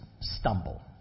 stumble